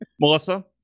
Melissa